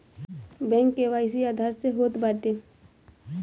bank KYC Aadhaar से होत बाटे